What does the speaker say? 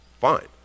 fine